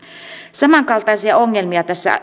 samankaltaisia ongelmia tässä